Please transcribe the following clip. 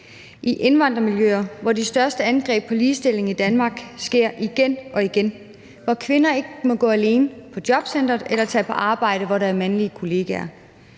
i indvandrermiljøer, hvor de største angreb på ligestilling i Danmark sker igen og igen, hvor kvinder ikke må gå alene på jobcenteret eller tage på arbejde, hvor der er mandlige kollegaer.